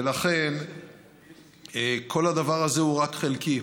ולכן כל הדבר הזה הוא רק חלקי.